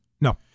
No